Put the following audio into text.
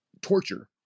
torture